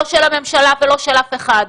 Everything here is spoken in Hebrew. לא של הממשלה ולא של אף אחד.